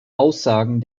aussagen